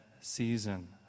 season